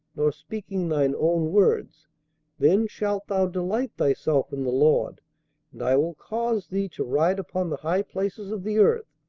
nor speaking thine own words then shalt thou delight thyself in the lord and i will cause thee to ride upon the high places of the earth,